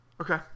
Okay